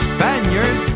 Spaniard